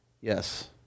Yes